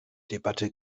debatte